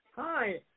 Hi